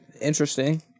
Interesting